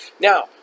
Now